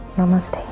namaste.